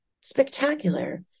spectacular